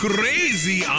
Crazy